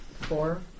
Four